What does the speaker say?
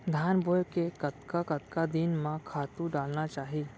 धान बोए के कतका कतका दिन म खातू डालना चाही?